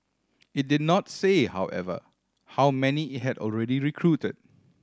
it did not say however how many it had already recruited